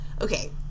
okay